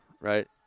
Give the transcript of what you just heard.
right